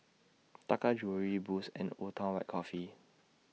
Taka Jewelry Boost and Old Town White Coffee